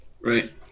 Right